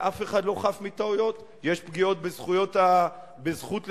ואף אחד לא חף מטעויות, יש פגיעות בזכות לשוויון,